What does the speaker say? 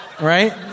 Right